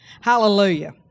Hallelujah